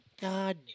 God